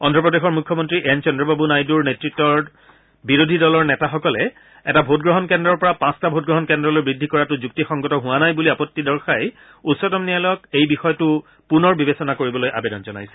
অন্ধ্ৰপ্ৰদেশৰ মুখ্যমন্ত্ৰী এন চন্দ্ৰবাবু নাইডুৰ নেতৃত্বৰ বিৰোধী দলৰ নেতাসকলে এটা ভোটগ্ৰহণ কেন্দ্ৰৰ পৰা পাঁচটা ভোটগ্ৰহণ কেন্দ্ৰলৈ বৃদ্ধি কৰাটো যুক্তিসংগত হোৱা নাই বুলি আপত্তি দৰ্শাই উচ্চতম ন্যায়ালয়ক এই বিষয়টো পুনৰ বিবেচনা কৰিবলৈ আবেদন জনাইছিল